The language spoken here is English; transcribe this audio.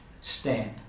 stand